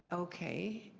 okay.